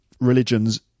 religions